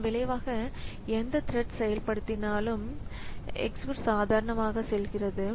இதன் விளைவாக எந்த த்ரெட் செயல் படுத்தினாலும் exec சாதாரணமாக செல்கிறது